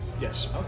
Yes